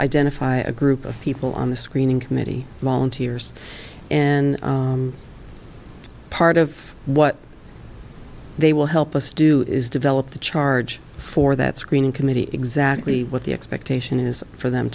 identify a group of people on the screening committee volunteers and part of what they will help us do is develop the charge for that screening committee exactly what the expectation is for them